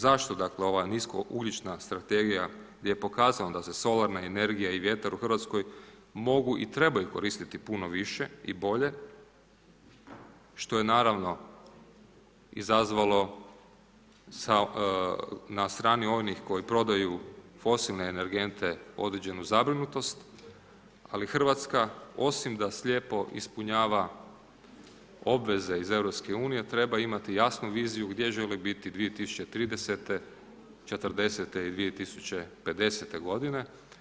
Zašto ova nisko ugljična strategije, gdje je pokazano da se solarna energija i vjetar u Hrvatskoj mogu i trebaju koristiti puno više i bolje, što je naravno izazvalo na strani onih koji prodaju fosilne energente određenu zabrinutost, ali Hrvatska osim da slijepo ispunjava obveze iz EU, treba imati jasnu viziju gdje želi biti 2030. 40. i 2050. godine.